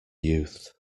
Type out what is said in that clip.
youth